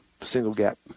single-gap